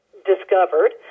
discovered